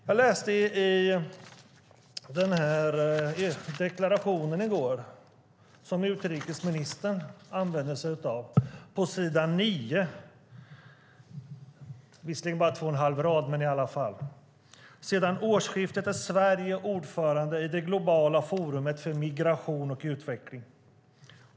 Jag läste i utrikesdeklarationen som utrikesministern använde sig av i går. På s. 9 står det, visserligen bara på två och en halv rad men i alla fall: "Sedan årsskiftet är Sverige ordförande i det Globala forumet för migration och utveckling.